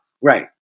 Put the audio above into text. right